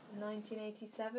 1987